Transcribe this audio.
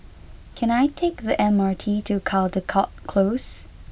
can I take the M R T to Caldecott Close